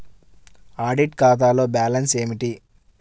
Audit ఖాతాలో balance ఏమిటీ?